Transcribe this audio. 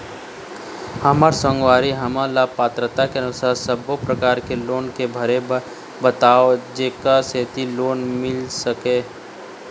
हमर संगवारी हमन ला पात्रता के अनुसार सब्बो प्रकार के लोन के भरे बर बताव जेकर सेंथी लोन मिल सकाए?